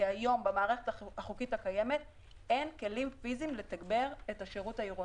כי היום במערכת החוקית הקיימת אין כלים פיזיים לתגבר את השירות העירוני.